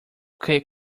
que